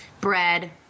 bread